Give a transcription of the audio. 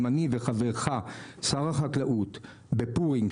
אם אני וחברך שר החקלאות בפורים,